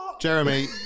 Jeremy